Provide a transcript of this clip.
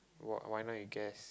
why why not you guess